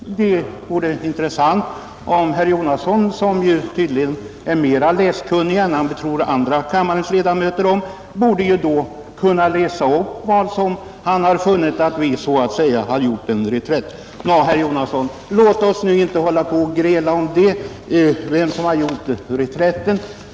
Det vore intressant att höra om herr Jonasson, som tydligen är mera läskunnig än vad han tror andra ledamöter av kammaren vara, kunde läsa upp vad som visar att vi så att säga har gjort en reträtt. Nå, herr Jonasson, låt oss nu inte gräla om vem som har gjort reträtten.